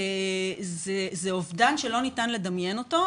זה אובדן שלא ניתן לדמיין אותו,